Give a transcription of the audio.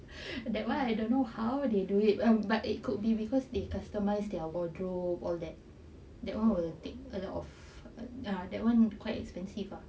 that [one] I don't know how they do it but it could be because they customise their wardrobe all that that [one] will take a lot of that [one] quite expensive lah